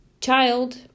child